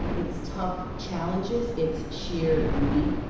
its tough challenges, its sheer beauty,